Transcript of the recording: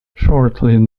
shortly